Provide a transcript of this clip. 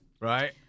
Right